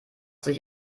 sich